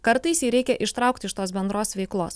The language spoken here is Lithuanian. kartais jį reikia ištraukt iš tos bendros veiklos